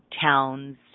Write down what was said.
towns